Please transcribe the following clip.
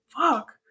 fuck